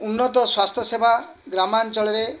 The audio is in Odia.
ଉନ୍ନତ ସ୍ଵାସ୍ଥ୍ୟସେବା ଗ୍ରାମାଞ୍ଚଳରେ